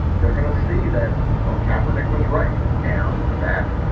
they're going to see that kapre nick was right and that,